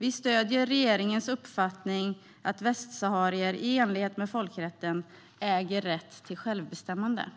Vi stöder regeringens uppfattning att västsaharierna i enlighet med folkrätten äger rätt till självbestämmande.